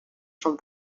from